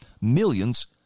millions